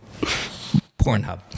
Pornhub